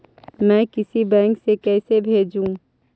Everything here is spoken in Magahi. मैं किसी बैंक से कैसे भेजेऊ